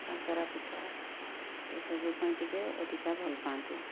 କାକେରା ପିଠା ଏସବୁ ପାଇଁ ଟିକେ ଅଧିକା ଭଲ ପାଆନ୍ତି